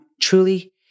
truly